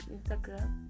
Instagram